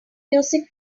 music